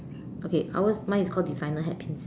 okay ours mine is called designer hat pins